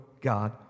God